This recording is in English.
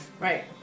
Right